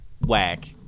Whack